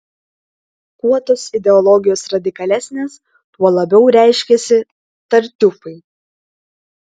kuo tos ideologijos radikalesnės tuo labiau reiškiasi tartiufai